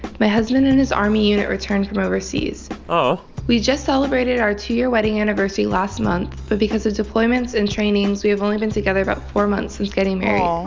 my husband and his army unit returned from overseas oh we just celebrated our two-year wedding anniversary last month, but because of deployments and trainings, we have only been together about four months since getting married.